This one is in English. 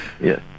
yes